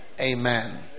Amen